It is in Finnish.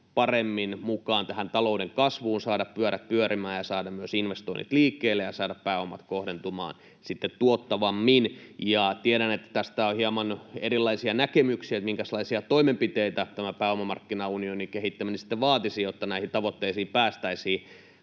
paremmin mukaan talouden kasvuun, saada pyörät pyörimään ja saada myös investoinnit liikkeelle ja saada pääomat kohdentumaan sitten tuottavammin. Tiedän, että on hieman erilaisia näkemyksiä tästä, minkälaisia toimenpiteitä tämä pääomamarkkinaunionin kehittäminen sitten vaatisi, jotta näihin tavoitteisiin päästäisiin.